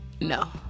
no